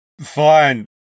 fine